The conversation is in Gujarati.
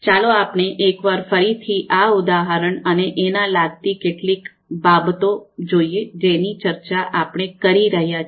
ચાલો આપણે એક વાર ફરી થી આ ઉદાહરણ અને એના લગતી કેટલીક બાબતો જોઈએ જેની ચર્ચા આપણે કરી રહ્યા છે